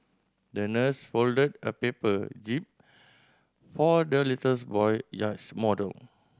the nurse folded a paper jib for the little boy yachts model